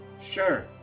sure